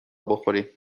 بخوریم